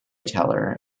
teller